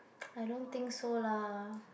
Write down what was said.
I don't think so lah